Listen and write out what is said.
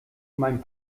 mein